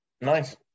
Nice